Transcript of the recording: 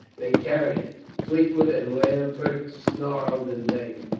they carried it. fleetwood and lambert snarled in vain.